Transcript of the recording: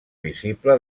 visible